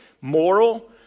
moral